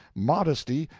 modesty,